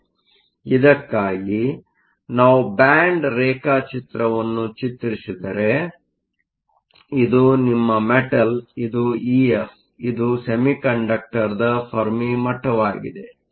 ಆದ್ದರಿಂದ ಇದಕ್ಕಾಗಿ ನಾವು ಬ್ಯಾಂಡ್ ರೇಖಾಚಿತ್ರವನ್ನು ಚಿತ್ರಿಸಿದರೆ ಇದು ನಿಮ್ಮ ಮೆಟಲ್ ಇದು ಇಎಫ್ ಇದು ಸೆಮಿಕಂಡಕ್ಟರ್ನ ಫೆರ್ಮಿ ಮಟ್ಟವಾಗಿದೆ